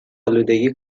آلودگی